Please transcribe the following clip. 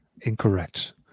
Incorrect